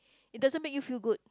it doesn't make you feel good